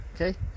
Okay